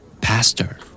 Pastor